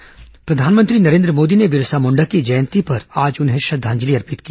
बिरसा मुण्डा जयंती प्रधानमंत्री नरेन्द्र मोदी ने बिरसा मुंडा की जयंती पर आज उन्हें श्रद्वांजलि अर्पित की